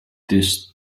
this